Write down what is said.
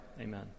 amen